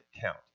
count